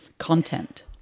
content